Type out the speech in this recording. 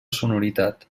sonoritat